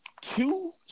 two